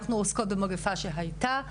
אנחנו עוסקות במגפה שהייתה,